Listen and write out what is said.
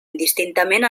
indistintament